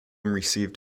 received